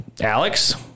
Alex